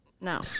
no